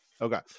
okay